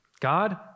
God